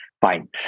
fine